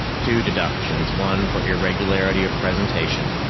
two deductions, one for irregularity of presentation.